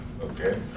okay